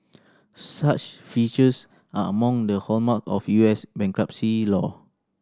such features are among the hallmarks of U S bankruptcy law